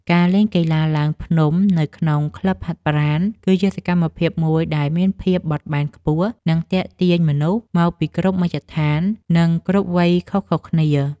ការលេងកីឡាឡើងភ្នំនៅក្នុងក្លឹបហាត់ប្រាណ គឺជាសកម្មភាពមួយដែលមានភាពបត់បែនខ្ពស់ និងទាក់ទាញមនុស្សមកពីគ្រប់មជ្ឈដ្ឋាន និងគ្រប់វ័យខុសៗគ្នា។